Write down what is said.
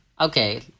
Okay